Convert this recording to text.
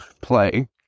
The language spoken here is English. play